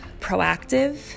proactive